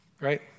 right